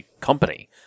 company